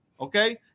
Okay